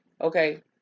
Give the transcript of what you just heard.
okay